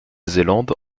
zélande